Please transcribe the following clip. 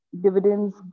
dividends